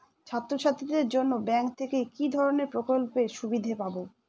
ছাত্রছাত্রীদের জন্য ব্যাঙ্ক থেকে কি ধরণের প্রকল্পের সুবিধে পাবো?